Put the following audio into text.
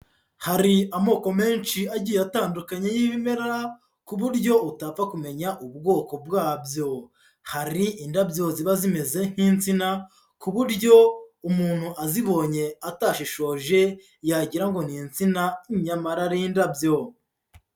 Hari amoko menshi agiye atandukanye y'ibimera ku buryo utapfa kumenya ubwoko bwabyo, hari indabyo ziba zimeze nk'insina ku buryo umuntu azibonye atashishoje yagira ngo ni insina nyamara ari indabyo.